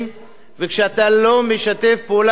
וכשאתה לא משתף פעולה עם החוק